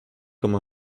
comme